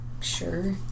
Sure